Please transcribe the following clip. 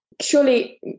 surely